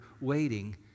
waiting